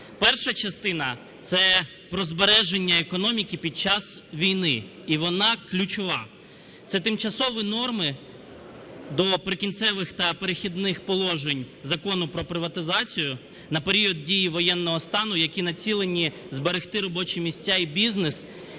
Перша частина - це про збереження економіки під час війни, і вона ключова. Це тимчасові норми до "Прикінцевих та перехідних положень" Закону про приватизацію на період дії воєнного стану, які націлені зберегти робочі місця і бізнес,